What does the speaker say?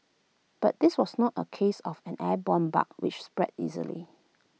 but this was not A case of an airborne bug which spreads easily